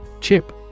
Chip